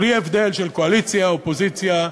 בלי הבדל של קואליציה, אופוזיציה,